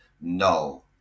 No